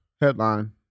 headline